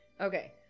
okay